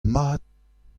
mat